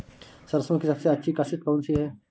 सरसो की सबसे अच्छी किश्त कौन सी है?